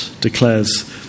declares